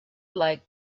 like